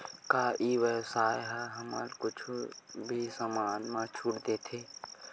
का ई व्यवसाय ह हमला कुछु भी समान मा छुट देथे?